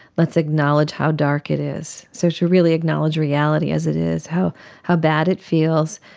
let's acknowledge how dark it is, so to really acknowledge reality as it is, how how bad it feels,